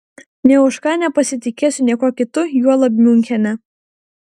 nė už ką nepasitikėsiu niekuo kitu juolab miunchene